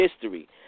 history